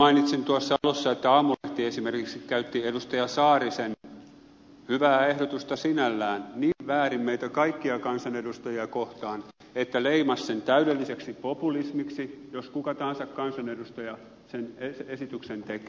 mainitsin tuossa alussa että aamulehti esimerkiksi käytti edustaja saarisen hyvää ehdotusta sinällään niin väärin meitä kaikkia kansanedustajia kohtaan että leimasi sen täydelliseksi populismiksi jos kuka tahansa kansanedustaja sen esityksen tekee